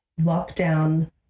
lockdown